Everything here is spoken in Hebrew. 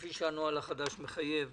כפי שהנוהל החדש מחייב.